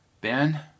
Ben